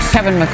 Kevin